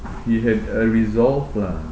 he had a resolve lah